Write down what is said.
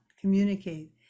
communicate